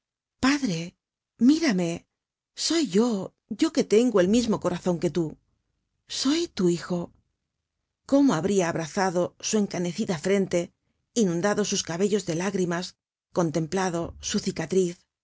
padre mírame soy yo yo que tengo el mismo corazon que tú soy tu hijo cómo habria abrazado su encanecida frente inundado sus cabellos de lágrimas contemplado su cicatriz